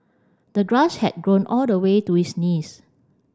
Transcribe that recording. the grass had grown all the way to his knees